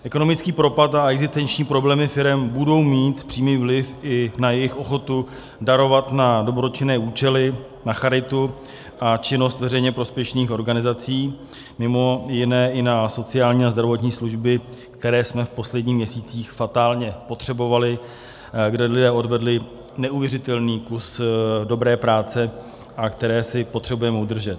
Ekonomický propad a existenční problémy firem budou mít přímý vliv i na jejich ochotu darovat na dobročinné účely, na charitu a činnost veřejně prospěšných organizací, mimo jiné i na sociální a zdravotní služby, které jsme v posledních měsících fatálně potřebovali, kde lidé odvedli neuvěřitelný kus dobré práce a které si potřebujeme udržet.